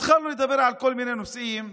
התחלנו לדבר על כל מיני נושאים,